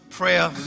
prayer